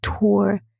tour